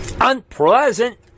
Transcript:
Unpleasant